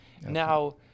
now